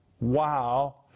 Wow